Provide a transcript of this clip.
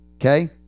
Okay